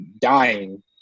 dying